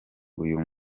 uyu